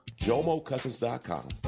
jomocousins.com